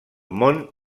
món